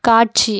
காட்சி